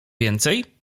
więcej